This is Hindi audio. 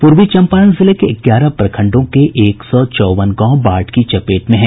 पूर्वी चम्पारण जिले के ग्यारह प्रखंडों के एक सौ चौवन गांव बाढ़ की चपेट में हैं